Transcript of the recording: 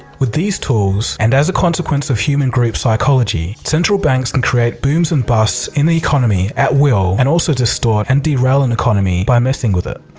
with these tools and as a consequence of human group psychology, central banks create booms and busts in the economy at will and also to stall and derail an economy by messing with it.